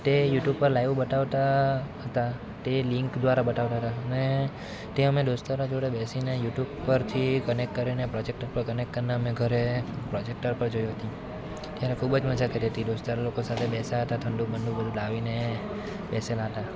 તે યુટ્યુબ પર લાઈવ બતાવતા હતા તે લિન્ક દ્વારા બતાવતા હતા ને તે અમે દોસ્તારો જોડે બેસીને યુટ્યુબ પરથી કનેક્ટ કરીને પ્રોજેક્ટર પર કનેક્ટ કરીને અમે ઘરે પ્રોજેક્ટર પર જોઈ હતી ત્યારે ખૂબ જ મજા કરી હતી દોસ્તારો લોકો સાથે બેસ્યા હતા ઠંડુ બંડુ બધું લાવીને બેસેલા હતા